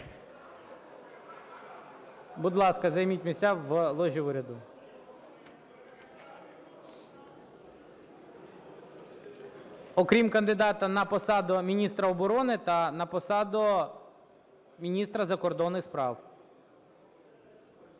Будь ласка, займіть місця в ложі уряду, окрім кандидата на посаду міністра оборони та на посаду міністра закордонних прав.